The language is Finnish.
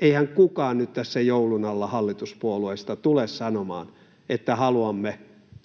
Eihän kukaan nyt tässä joulun alla hallituspuolueista tule sanomaan, että haluamme